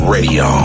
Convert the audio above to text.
Radio